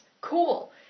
Cool